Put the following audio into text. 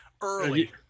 early